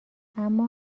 اما